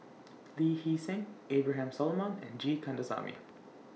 Lee Hee Seng Abraham Solomon and G Kandasamy